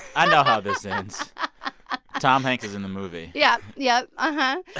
i know how this ends ah tom hanks is in the movie yeah, yeah. uh-huh.